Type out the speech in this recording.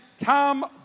Tom